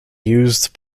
used